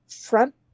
front